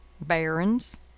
barons